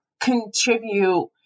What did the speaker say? contribute